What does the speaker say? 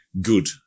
good